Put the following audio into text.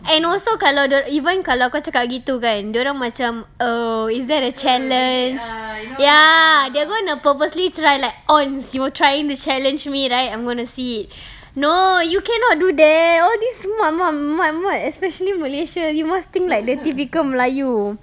and also kalau even kalau macam um oh is that a challenge ya they're going to purposely try like ons you were trying to challenge me right I'm going to see no you cannot do that all this mamat-mamat especially malaysia you must think like the typical melayu